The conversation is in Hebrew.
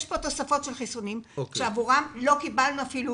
יש פה תוספות של חיסונים שעבורן לא קיבלנו אפילו